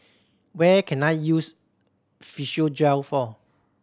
what can I use Physiogel for